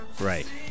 Right